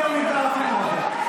זהו, נגמר הסיפור הזה.